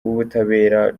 w’ubutabera